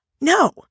No